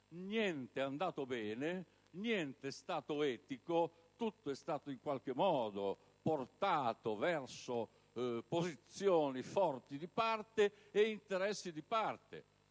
niente è andato bene, niente è stato etico, tutto è stato portato verso posizioni forti ed interessi di parte.